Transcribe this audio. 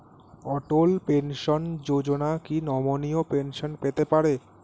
অটল pension Yojana কি নমনীয় pension পেতে পারে?